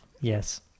Yes